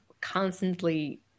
constantly